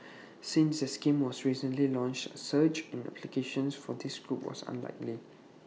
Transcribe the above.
since the scheme was recently launched A surge in applications from this group was unlikely